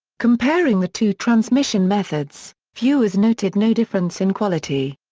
comparing the two transmission methods, viewers noted no difference in quality.